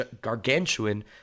gargantuan